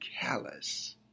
callous